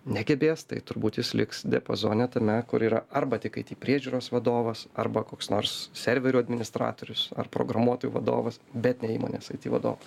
negebės tai turbūt jis liks diapazone tame kur yra arba tik aiti priežiūros vadovas arba koks nors serverio administratorius ar programuotojų vadovas bet ne įmonės aiti vadovas